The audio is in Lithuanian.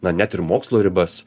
na net ir mokslo ribas